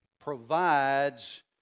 provides